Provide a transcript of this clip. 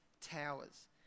towers